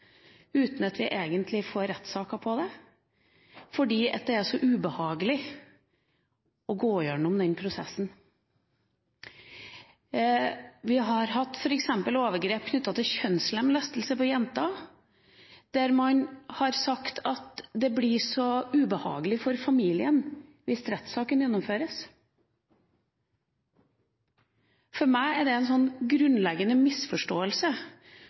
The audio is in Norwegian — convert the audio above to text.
uten av vi egentlig får rettssaker om det, fordi det er så ubehagelig å gå gjennom den prosessen. Vi har f.eks. hatt overgrep knyttet til kjønnslemlestelse på jenter, der man har sagt at det blir så ubehagelig for familien hvis rettssaken gjennomføres. For meg er det en grunnleggende misforståelse